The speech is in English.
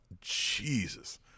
Jesus